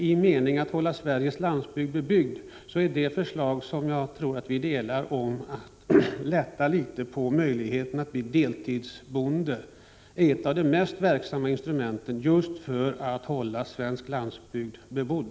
I den meningen att Sveriges landsbygd skall hållas bebyggd tror jag emellertid att vi är ense om att man bör lätta litet på bestämmelserna och öka möjligheterna att bli deltidsbonde. Det är ett av de mest verksamma instrumenten när det gäller att hålla svensk landsbygd bebodd.